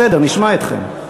בסדר, נשמע אתכם.